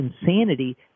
insanity